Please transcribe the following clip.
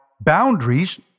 boundaries